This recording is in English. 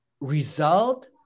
result